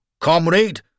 Comrade